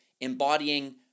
embodying